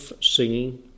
singing